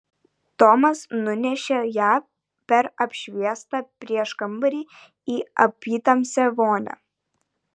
tomas nunešė ją per apšviestą prieškambarį į apytamsę vonią